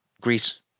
Greece